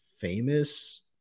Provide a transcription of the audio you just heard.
famous